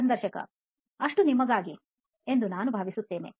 ಸಂದರ್ಶಕ ಅಷ್ಟು ನಿಮಗಾಗಿ ಎಂದು ನಾನು ಭಾವಿಸುತ್ತೇನೆ